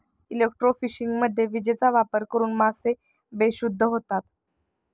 इलेक्ट्रोफिशिंगमध्ये विजेचा वापर करून मासे बेशुद्ध होतात